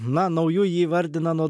na nauju jį įvardina nuo